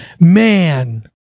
Man